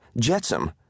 Jetsam